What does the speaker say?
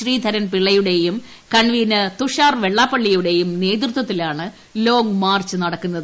ശ്രീധരൻ പിള്ളയുടെയും കൺവീനർ തുഷാർ വെള്ളാപള്ളിയുടേയും നേതൃത്വത്തിലാണ് ലോങ് മാർച്ച് നടക്കുന്നത്